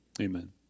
Amen